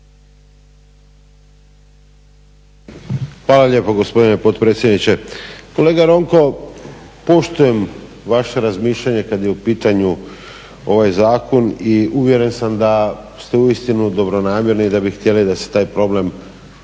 Hvala lijepo gospodine potpredsjedniče. Kolega Ronko, poštujem vaše razmišljanje kad je u pitanju ovaj zakon i uvjeren sam da ste uistinu dobronamjerni i da bi htjeli da se taj problem ako